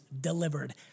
delivered